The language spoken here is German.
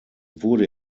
wurde